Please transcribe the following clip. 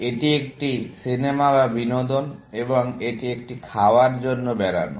এটি একটি সিনেমা বা বিনোদন এবং এটি একটি খাওয়ার জন্য বেড়ানো